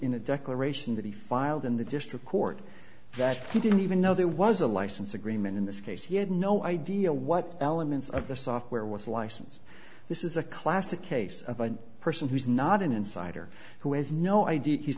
in a declaration that he filed in the district court that he didn't even know there was a license agreement in this case he had no idea what elements of the software was license this is a classic case of a person who's not an insider who has no idea